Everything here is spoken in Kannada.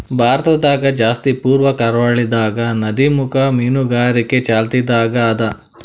ಭಾರತದಾಗ್ ಜಾಸ್ತಿ ಪೂರ್ವ ಕರಾವಳಿದಾಗ್ ನದಿಮುಖ ಮೀನುಗಾರಿಕೆ ಚಾಲ್ತಿದಾಗ್ ಅದಾ